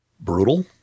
brutal